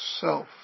self